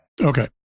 Okay